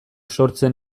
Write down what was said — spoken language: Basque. sortzen